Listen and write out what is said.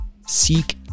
Seek